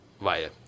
via